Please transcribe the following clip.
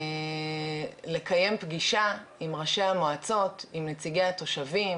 לקיים פגישה עם ראשי המועצות, עם נציגי התושבים,